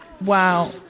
wow